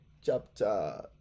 chapter